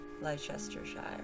Leicestershire